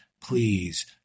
please